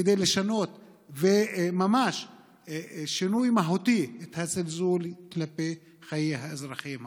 כדי לשנות שינוי מהותי את הזלזול כלפי חיי האזרחים הערבים.